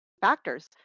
factors